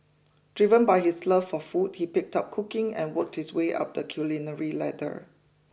driven by his love for food he picked up cooking and worked his way up the culinary ladder